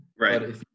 Right